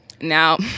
now